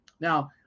Now